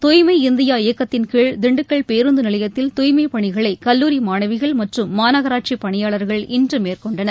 துய்மை இந்தியா இயக்கத்தின்கிழ் திண்டுக்கல் பேருந்து நிலையத்தில் துய்மை பணிகளை கல்லூரி மாணவிகள் மற்றும் மாநகராட்சி பணியாளர் இன்று மேற்கொண்டனர்